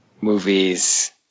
movies